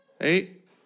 eight